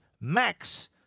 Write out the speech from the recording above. Max